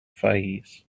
fays